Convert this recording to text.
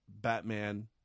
Batman